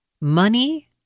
Money